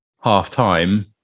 half-time